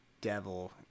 devil